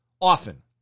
often